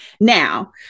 Now